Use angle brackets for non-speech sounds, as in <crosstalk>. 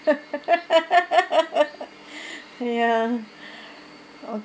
<laughs> ya